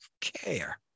care